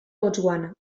botswana